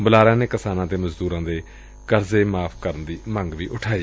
ਬੁਲਾਇਆਂ ਨੇ ਕਿਸਾਨਾਂ ਅਤੇ ਮਜ਼ਦੁਰਾਂ ਦੇ ਕਰਜ਼ੇ ਮਾਫ਼ ਕਰਨ ਦੀ ਮੰਗ ਵੀ ਕੀਤੀ